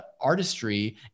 artistry